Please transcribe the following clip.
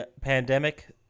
pandemic